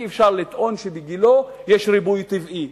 אי-אפשר לטעון שבגילה יש ריבוי טבעי,